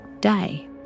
day